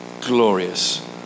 glorious